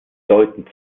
deuten